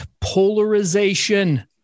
polarization